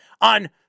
on